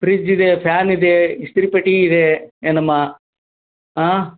fridge ಇದೆ fan ಇದೆ ಇಸ್ತ್ರಿ ಪೆಟ್ಟಿಗೆ ಇದೆ ಏನಮ್ಮ ಹಾಂ